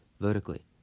vertically